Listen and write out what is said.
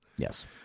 Yes